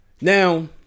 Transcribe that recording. Now